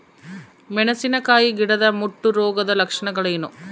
ಮೆಣಸಿನಕಾಯಿ ಗಿಡದ ಮುಟ್ಟು ರೋಗದ ಲಕ್ಷಣಗಳೇನು?